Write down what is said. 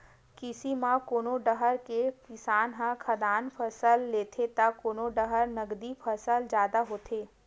कृषि म कोनो डाहर के किसान ह खाद्यान फसल लेथे त कोनो डाहर नगदी फसल जादा होथे